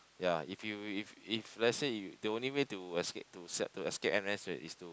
ya if you if if let's say you the only way to escape to to escape N_S right is to